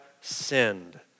sinned